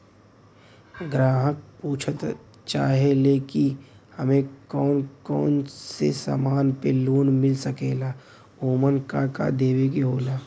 ग्राहक पुछत चाहे ले की हमे कौन कोन से समान पे लोन मील सकेला ओमन का का देवे के होला?